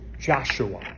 Joshua